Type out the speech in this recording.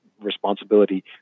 responsibility